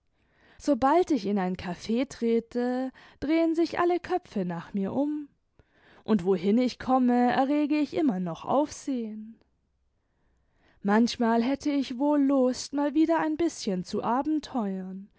sobald ich in ein caf trete drehen sich alle köpfe nach mir um und wohin ich komme errege ich immer noch aufsehen manchmal hätte ich wohl lust mal wieder ein bißchen zu abenteuern